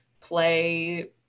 play